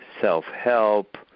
self-help